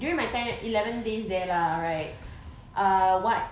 during my time eleven days there lah right uh what